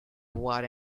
what